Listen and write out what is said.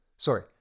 Sorry